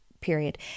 period